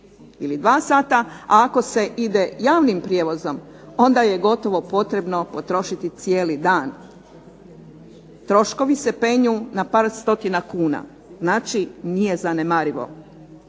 ili dva sata, a ako se ide javnim prijevozom onda je gotovo potrebno potrošiti cijeli dan. Troškovi se penju na par stotina kuna, znači nije zanemarivo.